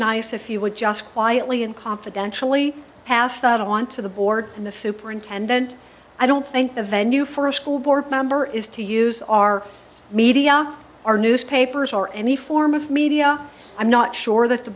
nice if you would just quietly and confidentially pass that on to the board and the superintendent i don't think the venue for a school board member is to use our media our newspapers or any form of media i'm not sure that the